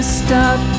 stop